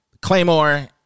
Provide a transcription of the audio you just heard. Claymore